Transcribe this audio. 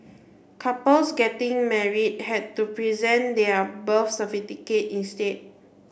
couples getting married had to present their birth instead